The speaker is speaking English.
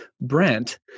Brent